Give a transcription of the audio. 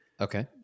Okay